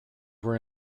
were